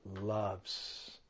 loves